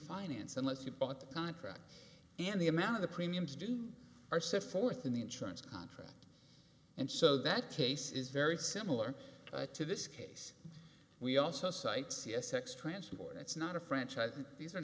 finance unless you bought the contract and the amount of the premiums due or so forth in the insurance contract and so that case is very similar to this case we also cite c s ex transport it's not a franchise and these are